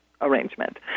arrangement